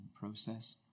process